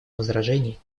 возражений